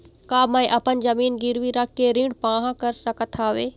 का मैं अपन जमीन गिरवी रख के ऋण पाहां कर सकत हावे?